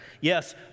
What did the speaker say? Yes